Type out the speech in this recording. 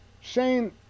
Shane